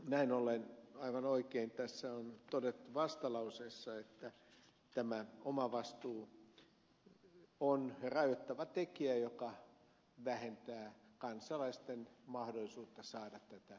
näin ollen aivan oikein tässä on todettu vastalauseessa että tämä omavastuu on rajoittava tekijä joka vähentää kansalaisten mahdollisuutta saada tätä hoitomuotoa